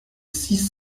six